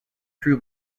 true